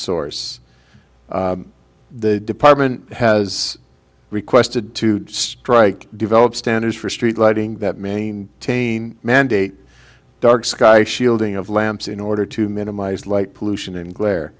source the department has requested to strike develop standards for street lighting that maintain mandate dark sky shielding of lamps in order to minimize light pollution and glare